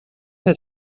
had